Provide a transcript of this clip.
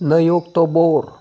नै अक्ट'बर